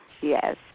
Yes